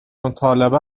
مطالبه